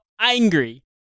angry